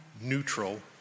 neutral